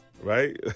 right